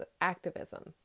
activism